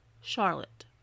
Charlotte